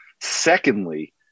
Secondly